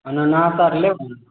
अनानास आर लेबै